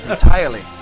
Entirely